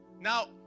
Now